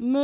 M.